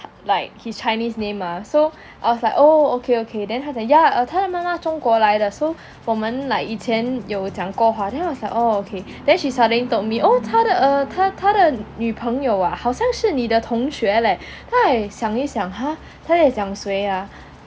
like his chinese name mah so I was like oh okay okay then 他讲 yeah 他的妈妈中国来的 so 我们 like 以前有讲过话 then I was like orh okay then she suddenly told me oh 他的女朋友啊好像是你的同学勒 then 我想一想 !huh! 他在讲谁 ah